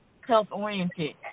health-oriented